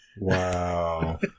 Wow